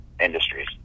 industries